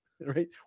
right